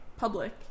Public